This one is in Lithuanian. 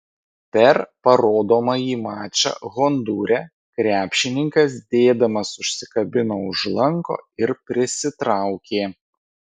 per parodomąjį mačą hondūre krepšininkas dėdamas užsikabino už lanko ir prisitraukė